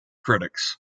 critics